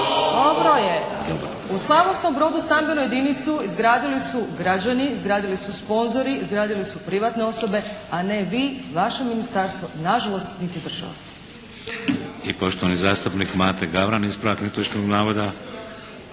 dobro je! U Slavonskom Brodu stambenu jedinicu izgradili su građani, izgradili su sponzori, izgradili su privatne osobe. A ne vi, vaše Ministarstvo, nažalost niti država. **Šeks, Vladimir (HDZ)** I poštovani zastupnik Mato Gavran. Ispravak netočnog navoda.